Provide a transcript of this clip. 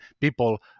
people